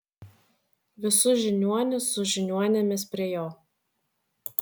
visus žiniuonius su žiniuonėmis prie jo